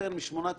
סעיף